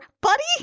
buddy